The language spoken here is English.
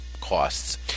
costs